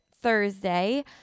Thursday